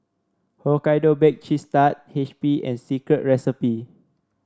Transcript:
Hokkaido Baked Cheese Tart H P and Secret Recipe